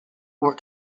were